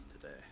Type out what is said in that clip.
today